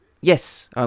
Yes